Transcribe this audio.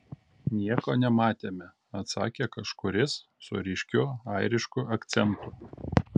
nieko nematėme atsakė kažkuris su ryškiu airišku akcentu